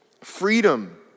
Freedom